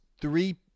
three